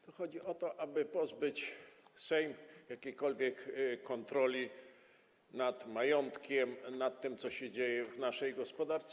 Tu chodzi o to, aby pozbawić Sejm jakiejkolwiek kontroli nad majątkiem, nad tym, co się dzieje w naszej gospodarce.